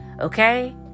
okay